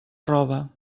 roba